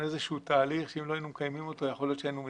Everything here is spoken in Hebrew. איזה שהוא תהליך שאם לא היינו מקיימים אותו יכול להיות שהיינו מידרדרים.